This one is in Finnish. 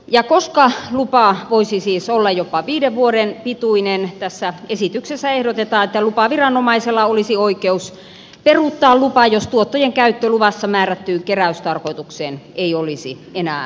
ja koska lupa voisi siis olla jopa viiden vuoden pituinen tässä esityksessä ehdotetaan että lupaviranomaisella olisi oikeus peruuttaa lupa jos tuottojen käyttö luvassa määrättyyn ke räystarkoitukseen ei olisi enää mahdollista